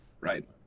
right